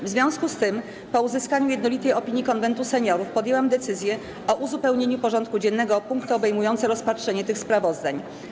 W związku z tym, po uzyskaniu jednolitej opinii Konwentu Seniorów, podjęłam decyzję o uzupełnieniu porządku dziennego o punkty obejmujące rozpatrzenie tych sprawozdań.